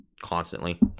constantly